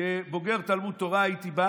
כבוגר תלמוד תורה, הייתי בא